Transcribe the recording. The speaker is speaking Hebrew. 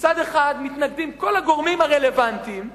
מצד אחד, כל הגורמים הרלוונטיים מתנגדים,